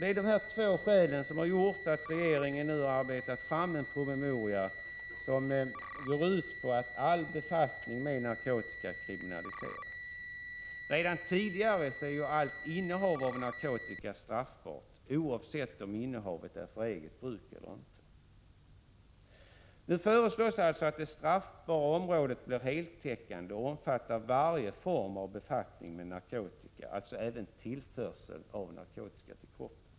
Det är av dessa två skäl som regeringen har arbetat fram en promemoria, som går ut på att all befattning med narkotika skall kriminaliseras. Redan tidigare är allt innehav av narkotika straffbart, oavsett om innehavet är för eget bruk eller inte. Nu föreslås alltså att det straffbara området blir heltäckande och omfattar varje form av befattning med narkotika, dvs. även tillförsel av narkotika till kroppen.